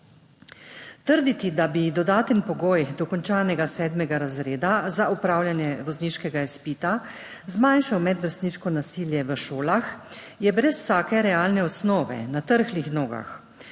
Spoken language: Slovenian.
Trditi, da bi dodaten pogoj dokončanega sedmega razreda za opravljanje vozniškega izpita zmanjšal medvrstniško nasilje v šolah, je brez vsake realne osnove, na trhlih nogah.